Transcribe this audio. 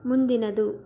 ಮುಂದಿನದು